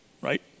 right